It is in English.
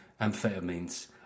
amphetamines